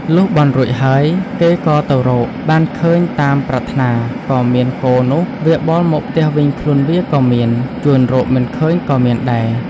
លុះបន់រួចហើយ គេក៏ទៅរក បានឃើញតាមប្រាថ្នាក៏មានគោនោះវាបោលមកផ្ទះវិញខ្លួនវាក៏មាន ជូនរកមិនឃើញក៏មានដែរ